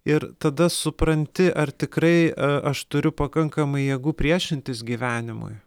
ir tada supranti ar tikrai a aš turiu pakankamai jėgų priešintis gyvenimui